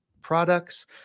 products